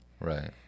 right